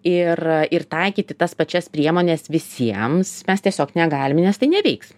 ir ir taikyti tas pačias priemones visiems mes tiesiog negalim nes tai neveiks